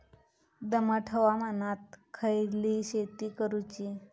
दमट हवामानात खयली शेती करूची?